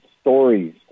stories